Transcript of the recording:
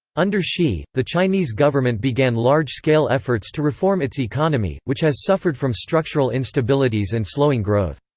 under xi, the chinese government began large-scale efforts to reform its economy, which has suffered from structural instabilities and slowing growth.